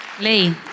Lee